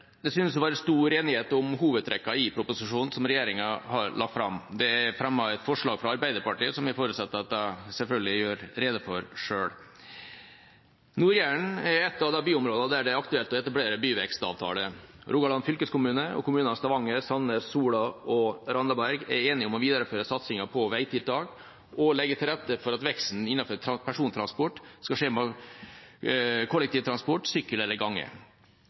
Det synes å være stor enighet om hovedtrekkene i proposisjonen som regjeringa har lagt fram. Det er fremmet et forslag fra Arbeiderpartiet som jeg forutsetter at de selvfølgelig gjør rede for selv. Nord-Jæren er et av de byområdene der det er aktuelt å etablere byvekstavtale. Rogaland fylkeskommune og kommunene Stavanger, Sandnes, Sola og Randaberg er enige om å videreføre satsingen på veitiltak og legge til rette for at veksten innenfor persontransport skal skje med kollektivtransport, sykkel eller gange.